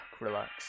relax